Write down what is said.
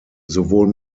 sowohl